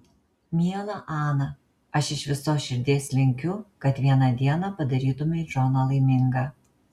miela ana aš iš visos širdies linkiu kad vieną dieną padarytumei džoną laimingą